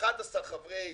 11 חברי